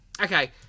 Okay